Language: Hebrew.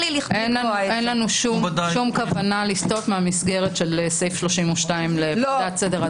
אין לנו כל כוונה לסטות מהמסגרת של סעיף 32 לפקודת סדר הדין.